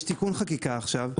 יש תיקון חקיקה עכשיו.